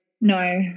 no